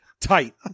tight